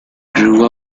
grew